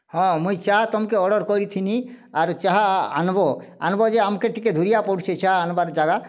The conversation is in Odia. ହଁ ମୁଇଁ ଚାହା ତମ୍କେ ଅର୍ଡ଼ର୍ କରିଥିଲିଁ ଆର୍ ଚାହା ଆନ୍ ବ ଆନ୍ ବ ଯେ ଆମ୍କେ ଟିକେ ଦୁରିଆ ପଡ଼ୁଛେ ଚାହା ଆନବାର୍ ଜାଗା